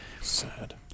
sad